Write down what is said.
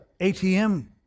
ATM